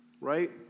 right